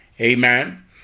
Amen